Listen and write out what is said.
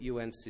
UNC